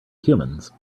humans